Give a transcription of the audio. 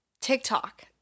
TikTok